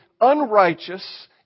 unrighteous